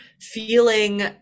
feeling